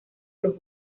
los